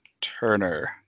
Turner